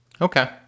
Okay